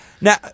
Now